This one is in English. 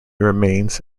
remains